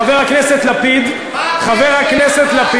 חבר הכנסת לפיד, מה הקשר?